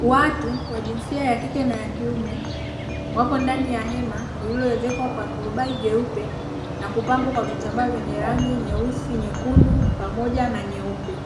Watu wa jinsia ya kike na kiume wapo ndani ya hema lililo ezekwa kwa turubali jeupe na kupambwa kwa vitambaa vyenye rangi nyeusi, nyekundu pamoja na nyeupe.